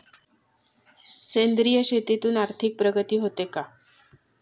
सेंद्रिय शेतीतून आर्थिक प्रगती होते का?